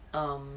um